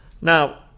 Now